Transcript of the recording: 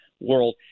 world